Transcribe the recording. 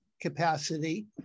capacity